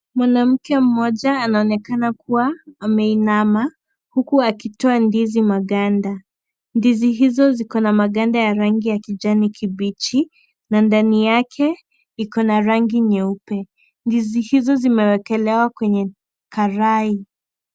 Mwanamke mmoja anaonekana kuwa ameinama huku akitoa ndizi maganda, ndizi hizo ziko na maganda ya rangibya kijani kibichi na ndani yake iko na rangi nyeupe. Ndizi hizo zimeekelewa kwenye karai.